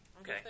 Okay